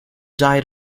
died